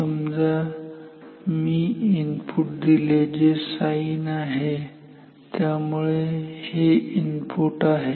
समजा मी इनपुट दिले जे साईन आहे त्यामुळे हे इनपुट आहे